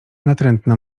natrętna